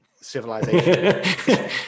civilization